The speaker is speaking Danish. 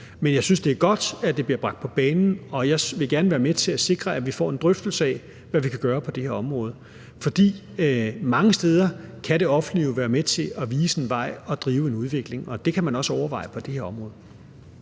Men jeg synes, det er godt, at det bliver bragt på bane, og jeg vil gerne være med til at sikre, at vi får en drøftelse af, hvad vi kan gøre på det her område. For mange steder kan det offentlige jo være med til at vise en vej og drive en udvikling, og det kan man også overveje på det her område.